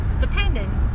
dependents